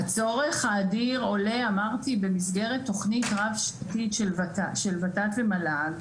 הצורך האדיר עולה במסגרת תוכנית רב-שנתית של ות"ת ומל"ג,